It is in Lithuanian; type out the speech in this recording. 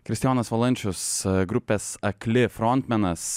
kristijonas valančius grupės akli frontmenas